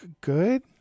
good